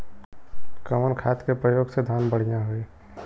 कवन खाद के पयोग से धान बढ़िया होई?